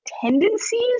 tendencies